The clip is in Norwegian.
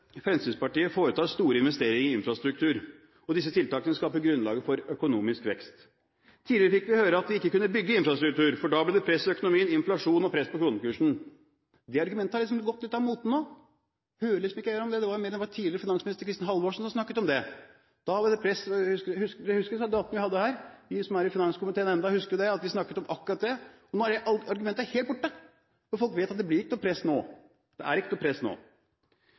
Fremskrittspartiet vil foreta store investeringer i infrastruktur, og disse tiltakene skaper grunnlaget for økonomisk vekst. Tidligere fikk vi høre at vi ikke kunne bygge infrastruktur, for da ville det bli press i økonomien, inflasjon og press på kronekursen. Det argumentet er gått litt av moten nå. Vi hører ikke mer om det. Det var tidligere finansminister Kristin Halvorsen som snakket om det – da var det press. Mange husker vel den debatten vi hadde her. Vi som er i finanskomiteen ennå, husker at vi snakket om akkurat det. Det argumentet er helt borte, for folk vet at det blir ikke noe press nå – det er ikke noe press nå.